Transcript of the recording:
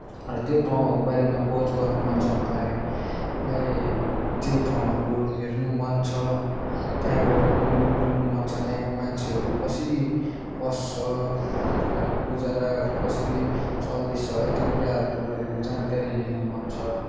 र त्यो ठाउँहरूको बारेमा खोज गर्नु मन छ मलाई मलाई त्यो ठाउँहरू हेर्नु मन छ त्यहाँ गएर डुल्नु डुल्नु मन छ त्यहाँको मान्छेहरू कसरी बस्छ उनीहरूको गुजाराहरू कसरी चल्दैछ है त्यो कुराहरूको बारेमा जानकारी लिनु मन छ